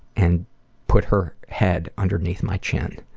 and put her head underneath my chin.